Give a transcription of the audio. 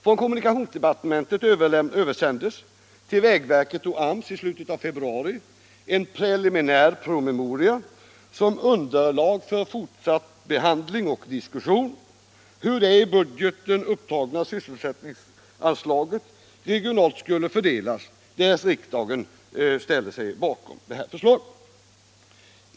Från kommunikationsdepartementet översändes till vägverket och AMS i slutet av februari en preliminär promemoria som underlag för fortsatt behandling och diskussion om hur det i budgeten upptagna sysselsättningsanslaget regionalt skulle fördelas, därest riksdagen ställer sig bakom detta förslag.